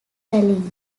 valley